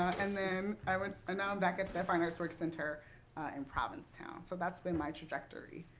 and then i went and now i'm back at that fine arts work center in provincetown. so that's been my trajectory.